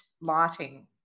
Lighting